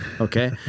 okay